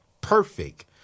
perfect